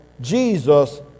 Jesus